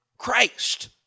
Christ